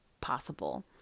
possible